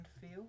feel